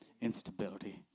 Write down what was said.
Instability